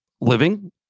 living